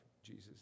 Jesus